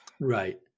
Right